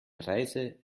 reise